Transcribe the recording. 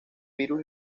virus